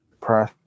Press